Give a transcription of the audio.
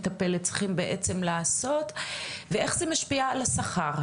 מטפלת צריכים בעצם לעשות ואיך זה משפיע על השכר,